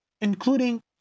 including